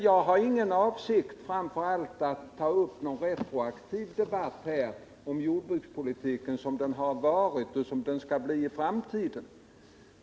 Jag har inte för avsikt att ta upp någon retroaktiv debatt om hur jordbrukspolitiken har varit eller hur den kan bli i framtiden.